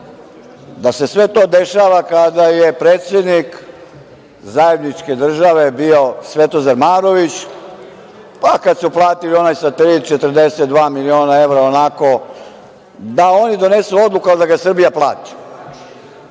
da se sve to dešava kada je predsednik zajedničke države bio Svetozar Marović, pa kad su platili onaj satelit 42 miliona evra, onako da oni donesu odluku, ali da ga Srbija plati.